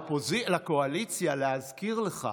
לקואליציה, להזכיר לך,